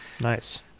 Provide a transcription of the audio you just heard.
Nice